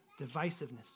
Divisiveness